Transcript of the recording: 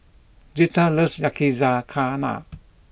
Girtha loves yakizakana